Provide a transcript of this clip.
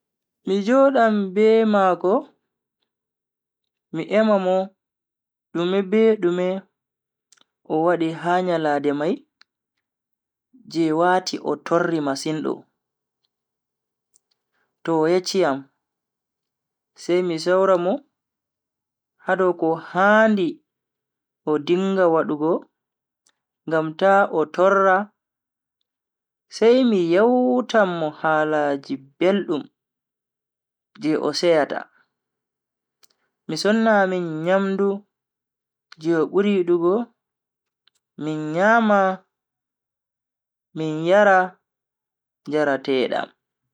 Mi jodan be mako mi ema mo dume be dume o wadi ha nyalande mai je wati o torri masin do? To o yecchi am sai mi sawra mo hadow ko handi o dinga wadugo ngam ta o torra sai mi yewtan mo halaji beldum je o seyata, mi sonna amin nyamdu je o buri yidugo min nyama min yara njarateedam.